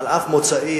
על אף מוצאי,